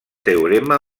teorema